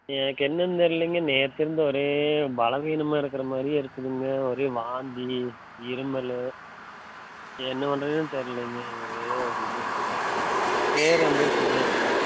எனக்கு என்னென்னு தெரியலைங்க நேற்றுலேந்து ஒரே பலவீனமாக இருக்கிற மாதிரியே இருக்குதுங்க ஒரே வாந்தி இருமல் என்ன பண்றதுன்னு தெரியலைங்க ஒரே ஒரு இது பேர் என் பேரு சுரேஷுங்க